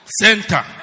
center